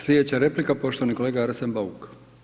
Slijedeća replika, poštovani kolega Arsen Bauk.